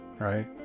Right